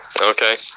Okay